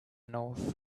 north